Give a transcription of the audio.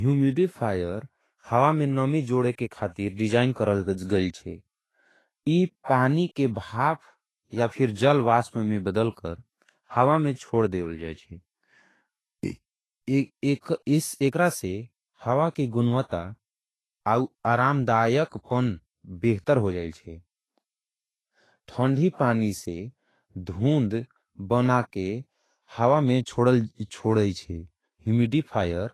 हुमिडिफायर, हावा में नमी जोड़े के खाथे, डिजाइन करा जगल चे। इ पानी के भाफ या फिर जल वास्म में बदल कर, हावा में छोड़ देवल जायचे। इस एकरा से हावा के गुणवता आरामदायक पन बेहतर हो जायचे। थौन्धी पानी से धून्द बना के हावा में छोड़ जायचे। हुमिडिफायर।